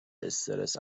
استرس